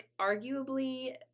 arguably